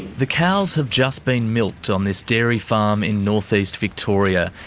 the cows have just been milked on this dairy farm in north-east victoria,